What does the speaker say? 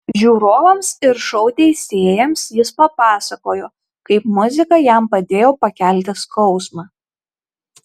žiūrovams ir šou teisėjams jis papasakojo kaip muzika jam padėjo pakelti skausmą